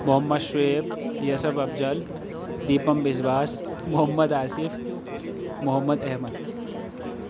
Muhammad Shoaib Yousuf Afzal Deepam Vishwas Muhammad Asif Muhammad Ahmad